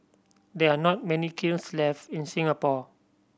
there are not many kilns left in Singapore